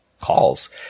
calls